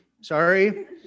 sorry